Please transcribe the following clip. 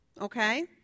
okay